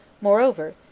Moreover